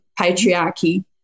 patriarchy